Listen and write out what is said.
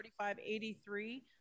4583